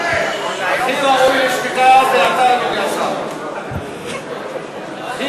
תשתוק, הכי ראוי לשתיקה זה אתה, אדוני השר.